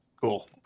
Cool